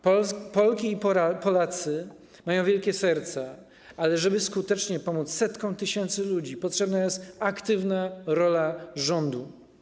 Polki i Polacy mają wielkie serca, ale żeby skutecznie pomóc setkom tysięcy ludzi, potrzebna jest aktywna rola rządu.